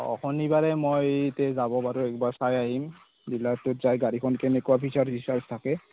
অ শনিবাৰে মই এইতে যাব পাৰো একবাৰ চাই আহিম ডিলাৰটোত যায় গাড়ীখন কেনেকুৱা ফিচাৰ চিচাৰ থাকে